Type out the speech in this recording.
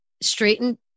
straightened